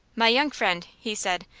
my young friend, he said,